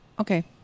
Okay